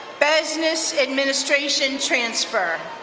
business administration transfer.